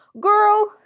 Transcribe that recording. girl